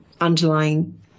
underlying